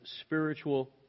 spiritual